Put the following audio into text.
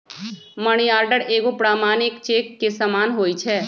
money order एगो प्रमाणिक cheque के समान होइ छै